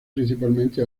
principalmente